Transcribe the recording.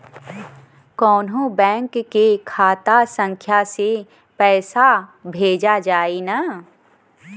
कौन्हू बैंक के खाता संख्या से पैसा भेजा जाई न?